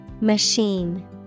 Machine